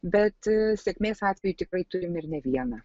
bet sėkmės atveju tikrai turime ir ne vieną